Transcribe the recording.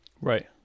Right